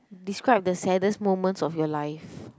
describe the saddest moments of your life